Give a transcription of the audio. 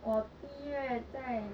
我一月在